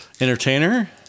Entertainer